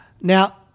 Now